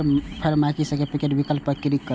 फेर my certificate विकल्प पर क्लिक करू